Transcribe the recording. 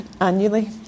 annually